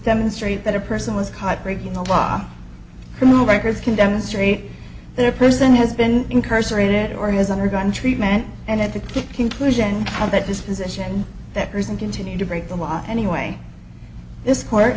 demonstrate that a person was caught breaking the law criminal records can demonstrate their person has been incarcerated or has undergone treatment and at the conclusion of that this position that reason continued to break the law anyway this court